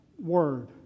Word